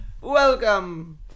Welcome